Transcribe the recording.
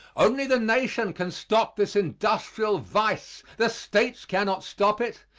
only the nation can stop this industrial vice. the states cannot stop it.